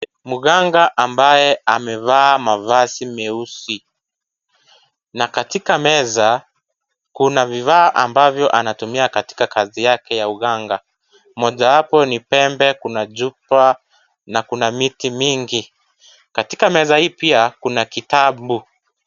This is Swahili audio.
Mganga ambaye amevaa mavazi meusi. Na katika meza kuna vifaa ambavyo anatumia katika kazi yake ya uganga. Mojawapo ni pembe, kuna chupa na kuna miti mingi. Katika meza hii pia kuna kitabu.